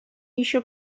еще